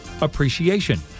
Appreciation